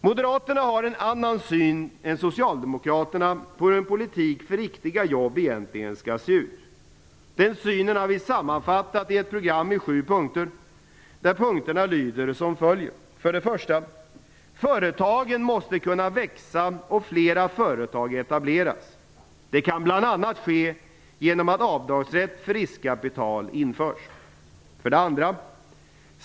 Moderaterna har en annan syn än socialdemokraterna på hur en politik för riktiga jobb egentligen skall se ut. Denna syn har vi sammanfattat i ett program i sju punkter som lyder som följer. 1. Företagen måste kunna växa och flera företag etableras. Det kan bl.a. ske genom att avdragsrätt för riskkapital införs. 2.